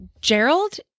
Gerald